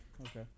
Okay